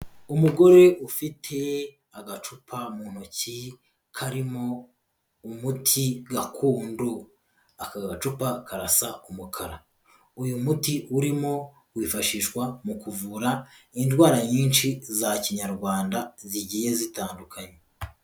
Umugore ufite agacupa mu ntoki karimo umuti gakondo, aka gacupa karasa umukara, uyu muti urimo wifashishwa mu kuvura indwara nyinshi za Kinyarwanda zigiye zitandukanye.